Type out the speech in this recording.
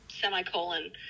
semicolon